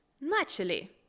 naturally